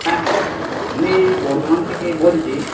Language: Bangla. হ্যাঁ হ্যাঁ আমি এই বর্ধমান থেকেই বলছি